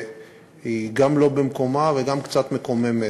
היא גם לא במקומה וגם קצת מקוממת.